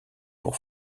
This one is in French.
pour